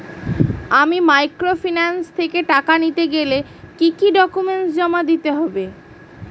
আমি মাইক্রোফিন্যান্স থেকে টাকা নিতে গেলে কি কি ডকুমেন্টস জমা দিতে হবে?